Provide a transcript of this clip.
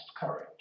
courage